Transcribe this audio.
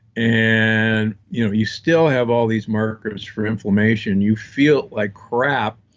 and you know you still have all these markers for inflammation. you feel like crap,